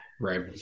Right